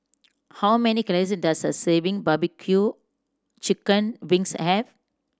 how many calories does a serving barbecue chicken wings have